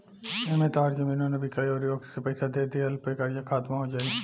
एमें तहार जमीनो ना बिकाइ अउरी वक्त से पइसा दे दिला पे कर्जा खात्मो हो जाई